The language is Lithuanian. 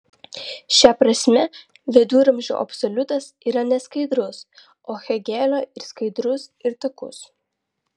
šia prasme viduramžių absoliutas yra neskaidrus o hėgelio ir skaidrus ir takus